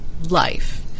life